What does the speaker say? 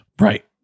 Right